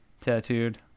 tattooed